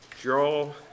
Draw